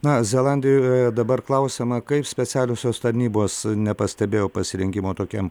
na zelandijoje dabar klausiama kaip specialiosios tarnybos nepastebėjo pasirengimo tokiam